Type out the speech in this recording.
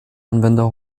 anwender